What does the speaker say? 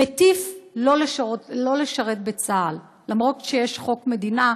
מטיף שלא לשרת בצה"ל, אפילו שיש חוק מדינה,